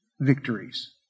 victories